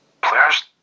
players